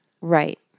right